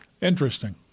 Interesting